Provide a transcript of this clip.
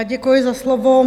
Děkuji za slovo.